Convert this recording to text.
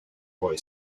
boy